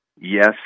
Yes